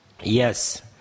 yes